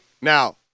Now